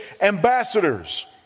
ambassadors